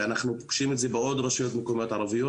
ואנחנו מבקשים את זה בעוד רשויות מקומיות ערביות,